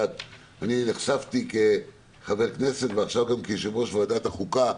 נחשפתי לעניין הזמנים כחבר כנסת וכיושב-ראש ועדת החוקה,